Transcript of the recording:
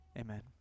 Amen